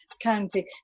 county